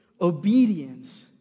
obedience